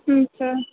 अच्छा